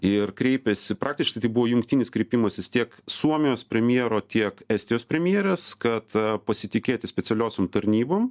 ir kreipėsi praktiškai tai buvo jungtinis kreipimasis tiek suomijos premjero tiek estijos premjerės kad pasitikėti specialiosiom tarnybom